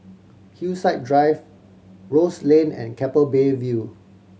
Hillside Drive Rose Lane and Keppel Bay View